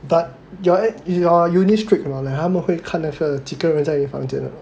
but your at your unit strict or not like 他们会看那个几个人在一个房间 or not